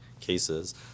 cases